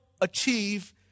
achieve